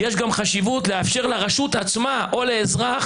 יש גם חשיבות לאפשר לרשות עצמה או לאזרח